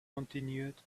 continued